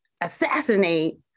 assassinate